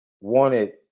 wanted